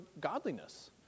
godliness